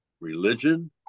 religion